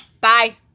Bye